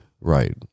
Right